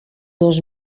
dos